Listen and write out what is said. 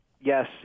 Yes